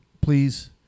Please